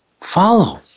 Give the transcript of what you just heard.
follow